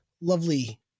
lovely